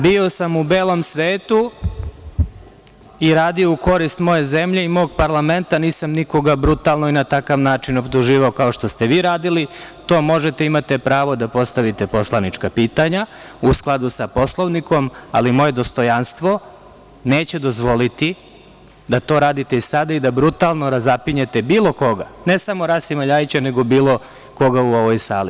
Bio sam u belom svetu, i radio u korist moje zemlje i mog parlamenta, nisam nikoga brutalno i na takav način optuživao kao što ste vi radili, to možete i imate pravo da postavite poslanička pitanja u skladu sa Poslovnikom, ali moje dostojanstvo neće dozvoliti da to radite i sada i da brutalno razapinjete bilo koga, ne samo Rasima LJajića, nego bilo koga u ovoj sali.